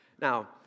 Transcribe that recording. Now